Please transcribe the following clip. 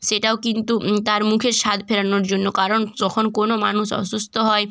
সেটাও কিন্তু তার মুখের স্বাদ ফেরানোর জন্য কারণ যখন কোনো মানুষ অসুস্থ হয়